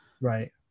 Right